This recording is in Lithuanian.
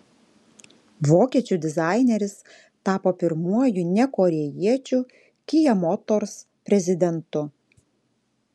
vokiečių dizaineris tapo pirmuoju ne korėjiečiu kia motors prezidentu